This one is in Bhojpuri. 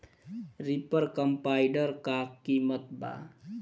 रिपर कम्बाइंडर का किमत बा?